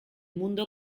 mundo